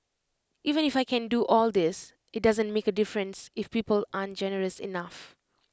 even if I can do all this IT doesn't make A difference if people aren't generous enough